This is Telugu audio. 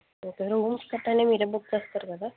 ఓకే రూమ్ అలా మీరు బుక్ చేస్తారు కదా